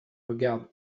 regarde